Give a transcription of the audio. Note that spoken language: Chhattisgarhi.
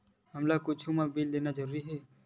हमला कुछु मा बिल लेना जरूरी हे?